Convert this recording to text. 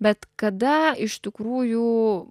bet kada iš tikrųjų